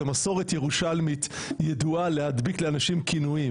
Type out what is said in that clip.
זה מסורת ירושלמית ידועה להדביק לאנשים כינויים.